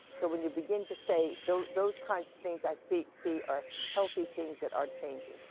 so, when you begin to say those those kinds of things, i they see are healthy things that are changing.